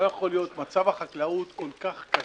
לא יכול להיות, מצב החקלאות כל כך קשה,